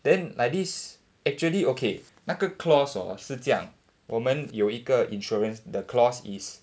then like this actually okay 那个 clause hor 是这样我们有一个 insurance 的 clause is